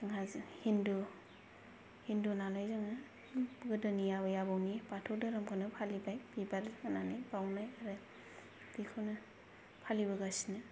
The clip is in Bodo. जोंहा हिंदु हिंदु नालाय जोंङो गोदोनि आबै आबौनि बाथौ धोरोमखौनो फालिबाय बिबार होनानै बावबाय आरो बिखौनो फालिबोगासिनो